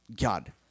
God